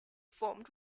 formed